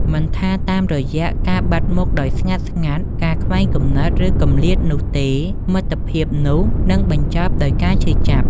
មិនថាតាមរយៈការបាត់មុខដោយស្ងាត់ៗ ការខ្វែងគំនិត ឬ គម្លាតនោះទេ មិត្តភាពនោះនឹងបញ្ចប់ដោយការឈឺចាប់។